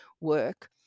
work